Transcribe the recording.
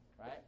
right